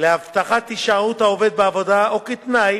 להבטחת הישארות העובד בעבודה או כתנאי